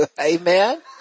Amen